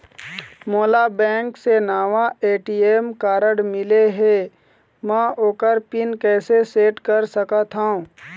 मोला बैंक से नावा ए.टी.एम कारड मिले हे, म ओकर पिन कैसे सेट कर सकत हव?